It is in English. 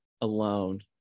alone